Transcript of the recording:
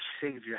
Savior